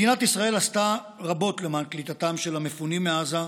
מדינת ישראל עשתה רבות למען קליטתם של המפונים מעזה,